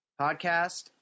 podcast –